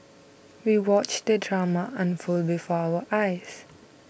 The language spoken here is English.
we watched the drama unfold before our eyes